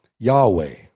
Yahweh